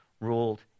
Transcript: ruled